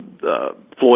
Floyd